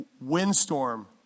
windstorm